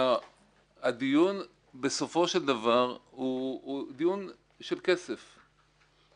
הדיון בסופו של דבר הוא דיון של כסף.